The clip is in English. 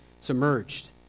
submerged